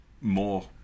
more